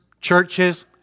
churches